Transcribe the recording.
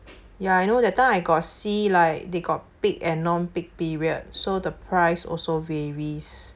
ya I know that time I got see like they got peak and non-peak period so the price also varies